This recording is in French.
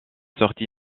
sorti